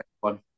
one